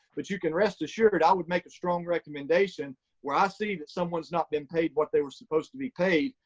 but you can rest assured, i would make a strong recommendation where i see that someone's not been paid what they were supposed to be paid,